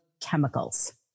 chemicals